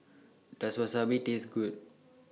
Does Wasabi Taste Good